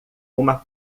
uma